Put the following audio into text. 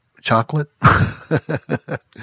chocolate